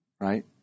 Right